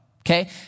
Okay